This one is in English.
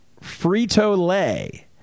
Frito-Lay